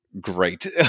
great